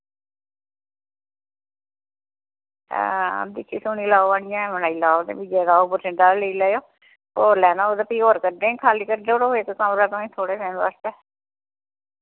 हां दिक्खी सुनी लाओ आह्नियै बनाई लाओ ते फ्ही जेह्ड़ा औग परसिंदा ते लेई लैयो और लैना होग ते फ्ही और करी देंग खाल्ली करी देऊड़गे इक कमरा तुसें थोह्ड़े टाइम वास्तै